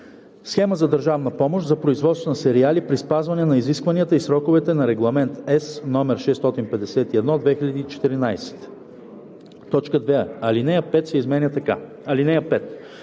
схема за държавна помощ за производство на сериали при спазване на изискванията и сроковете на Регламент (ЕС) № 651/2014.“ 2. Алинея 5 се изменя така: